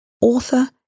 Author